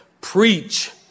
preach